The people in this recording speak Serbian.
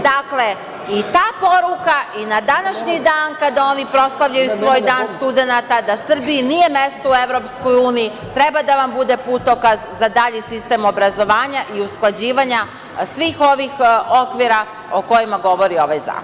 Dakle, i ta poruka i na današnji dan kada oni proslavljaju svoj dan studenata, da Srbiji nije mesto u EU, treba da vam bude putokaz za dalji sistem obrazovanja i usklađivanja svih ovih okvira o kojima govori ovaj zakon.